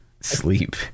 sleep